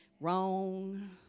wrong